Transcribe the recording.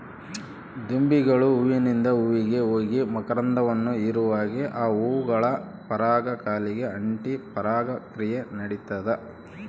ದುಂಬಿಗಳು ಹೂವಿಂದ ಹೂವಿಗೆ ಹೋಗಿ ಮಕರಂದವನ್ನು ಹೀರುವಾಗೆ ಆ ಹೂಗಳ ಪರಾಗ ಕಾಲಿಗೆ ಅಂಟಿ ಪರಾಗ ಕ್ರಿಯೆ ನಡಿತದ